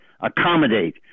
accommodate